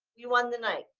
you won the night.